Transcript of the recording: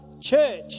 church